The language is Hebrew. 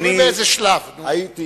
תלוי באיזה שלב, נו.